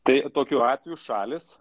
tai tokiu atveju šalys